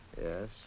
Yes